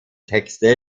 texte